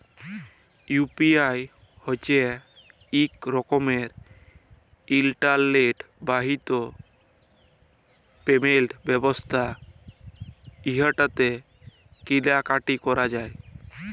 UPI হছে ইক রকমের ইলটারলেট বাহিত পেমেল্ট ব্যবস্থা উটতে কিলা কাটি ক্যরা যায়